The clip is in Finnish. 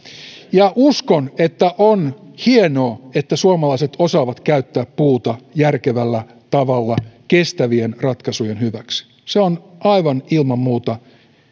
uskon että on hienoa että suomalaiset osaavat käyttää puuta järkevällä tavalla kestävien ratkaisujen hyväksi se on aivan ilman muuta